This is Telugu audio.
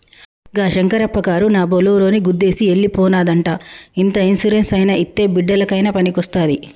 గా శంకరప్ప కారునా బోలోరోని గుద్దేసి ఎల్లి పోనాదంట ఇంత ఇన్సూరెన్స్ అయినా ఇత్తే బిడ్డలకయినా పనికొస్తాది